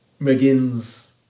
McGinn's